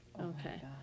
Okay